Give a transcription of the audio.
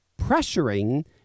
pressuring